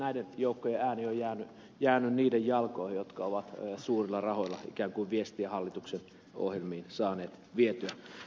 näiden joukkojen ääni on jäänyt niiden jalkoihin jotka ovat suurilla rahoilla ikään kuin viestiä hallituksen ohjelmiin saaneet vietyä